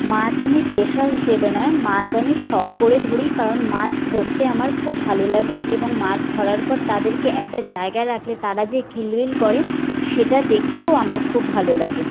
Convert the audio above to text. মাছ আমি পেশা হিসেবে নয় মাছ আমি শখ করে ধরি কারণ মাছ ধরতে আমার খুব ভালো লাগে এবং মাছ ধরার পর তাদেরকে একটা জায়গায় রাখলে তারা যে কিলবিল করে সেটা দেখতেও আমার খুব ভালো লাগে